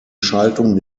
schaltung